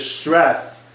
stress